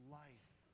life